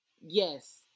yes